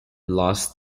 lost